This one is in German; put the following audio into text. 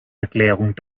erklärung